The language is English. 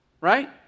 Right